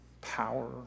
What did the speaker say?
power